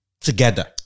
together